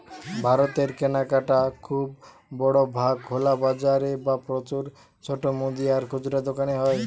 ভারতের কেনাকাটা খুব বড় ভাগ খোলা বাজারে বা প্রচুর ছোট মুদি আর খুচরা দোকানে হয়